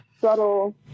subtle